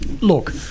look